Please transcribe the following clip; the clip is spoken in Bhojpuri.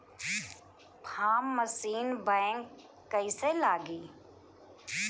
फार्म मशीन बैक कईसे लागी?